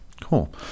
Cool